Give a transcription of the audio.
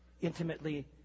intimately